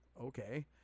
okay